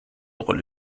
rolle